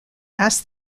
asks